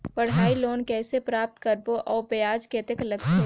पढ़ाई लोन कइसे प्राप्त करबो अउ ब्याज कतेक लगथे?